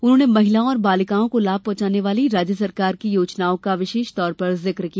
उन्होंने महिलाओं और बालिकाओं को लाभ पहुंचाने वाली राज्य सरकार की योजनाओं का विशेष तौर पर जिक किया